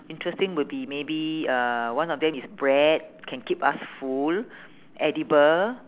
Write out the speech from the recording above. interesting would be maybe uh one of them is bread can keep us full edible